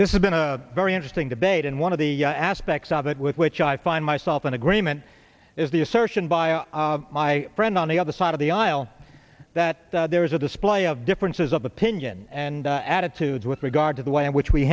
this has been a very interesting debate and one of the aspects of it with which i find myself in agreement is the assertion by my friend on the other side of the aisle that there is a display of differences of opinion and attitudes with regard to the way in which we